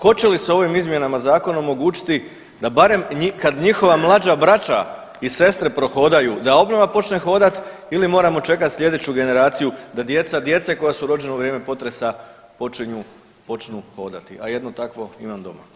Hoće li se ovim izmjenama zakona omogućiti da barem, kad njihova mlađa braća i sestre prohodaju, da obnova počne hodati ili moramo čekati sljedeću generaciju da djeca djece koja su rođena u vrijeme potresa počinju, počnu hodati, a jedno takvo imam doma.